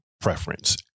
preference